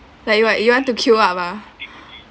like you what you want to queue up ah